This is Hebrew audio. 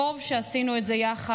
טוב שעשינו את זה יחד.